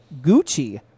Gucci